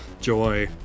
joy